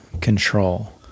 control